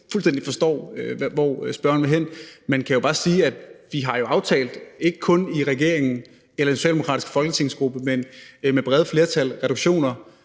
forstår, hvor spørgeren vil hen, må jeg sige. Men jeg kan jo bare sige, at vi har aftalt – ikke kun i regeringen eller den socialdemokratiske folketingsgruppe, men med brede flertal – reduktioner,